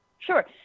Sure